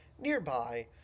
nearby